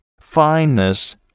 fineness